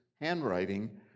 handwriting